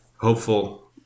hopeful –